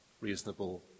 reasonable